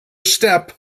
step